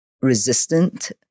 resistant